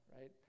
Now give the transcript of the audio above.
right